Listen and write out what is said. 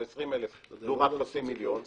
או 20,000 תמורת חצי מיליון,